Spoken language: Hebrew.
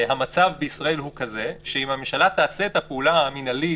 המצב בישראל הוא כזה שאם הממשלה תעשה את הפעולה המינהלית